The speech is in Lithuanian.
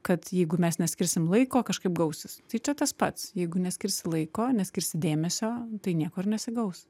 kad jeigu mes neskirsim laiko kažkaip gausis tai čia tas pats jeigu neskirsi laiko neskirsi dėmesio tai nieko ir nesigaus